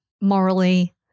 morally